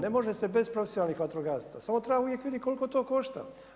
Ne može se bez profesionalnih vatrogasaca, samo treba uvijek vidjeti koliko to košta.